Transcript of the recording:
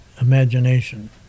imagination